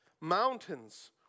mountains